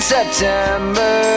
September